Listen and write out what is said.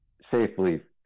safely